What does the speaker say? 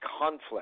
conflict